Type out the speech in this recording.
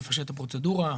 יפשט מאוד את הפרוצדורה,